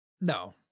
No